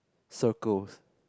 circles